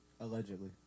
Allegedly